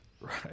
Right